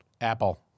Apple